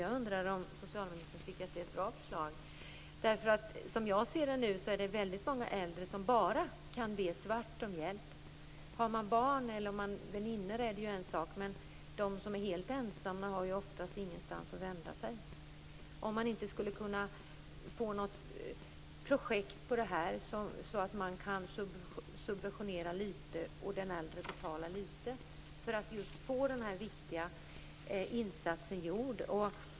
Jag undrar om socialministern tycker att det är ett bra förslag. Som jag ser det nu är det väldigt många äldre som bara kan be om hjälp svart. Har man barn eller väninnor är det ju en sak. Men de som är helt ensamma har ju oftast ingenstans att vända sig. Skulle man inte kunna få något projekt på det här området så att man kan subventionera litet samtidigt som den äldre betalar litet? Då skulle man få den här viktiga insatsen gjord.